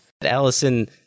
Allison